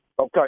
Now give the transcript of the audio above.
Okay